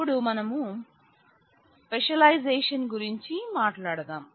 ఇప్పుడు మనం స్పెషలైజేషన్ గురించి మాట్లాడదాం